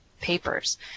papers